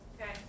Okay